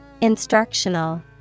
Instructional